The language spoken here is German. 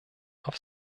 auf